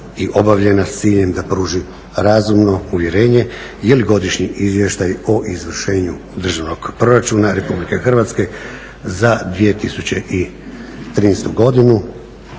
i obavljena s ciljem da pruži razumno uvjerenje je li Godišnji izvještaj o izvršenju Državnog proračuna RH za 2013. godinu